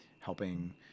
helping